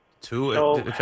Two